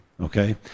okay